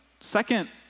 Second